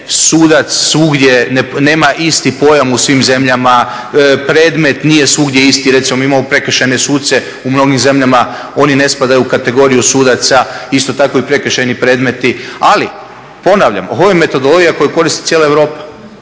nije sudac nema isti pojam u svim zemljama, predmet nije svugdje isti. Recimo mi imamo prekršajne suce u mnogim zemljama oni ne spadaju u kategoriju sudaca, isto tako i prekršajni predmeti, ali ponavljam ovo je metodologija koju koristi cijela Europa